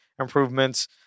improvements